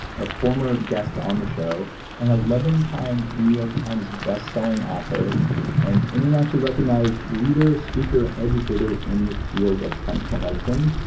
a former guest on the show and eleven time new york times bestselling author and internationally-recognized leader speaker and educator in the field of functional medicine.